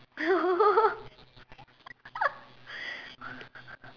oh